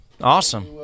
Awesome